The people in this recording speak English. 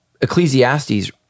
Ecclesiastes